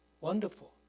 wonderful